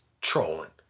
trolling